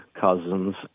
cousins